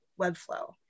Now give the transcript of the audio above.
Webflow